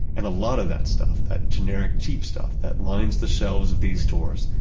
and a lot of that stuff, that generic cheap stuff, that lines the shelves of these stores,